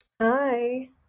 Hi